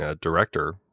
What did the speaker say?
director